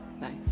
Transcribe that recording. Nice